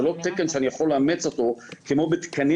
זה לא תקן שאני יכול לאמץ אותו כמו בתקנים